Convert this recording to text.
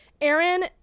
aaron